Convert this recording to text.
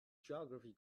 geography